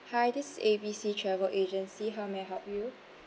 hi this is A B C travel agency how may I help you